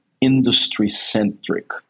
industry-centric